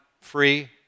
free